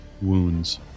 Wounds